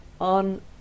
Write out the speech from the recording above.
on